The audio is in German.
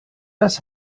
das